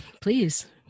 please